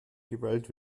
gewählt